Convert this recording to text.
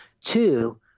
Two